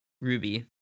ruby